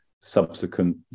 subsequent